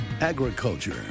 Agriculture